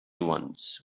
once